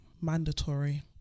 mandatory